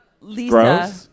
Lisa